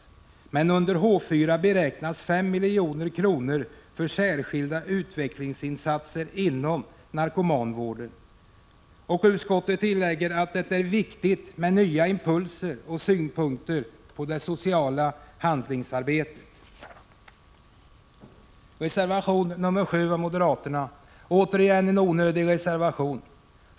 Under anslaget H 4 beräknas 5 milj.kr. för särskilda utvecklingsinsatser inom narkomanvården. Utskottet tillägger att det är viktigt med nya impulser och synpunkter på det sociala behandlingsarbetet. Reservation 7 av moderaterna är återigen en onödig reservation.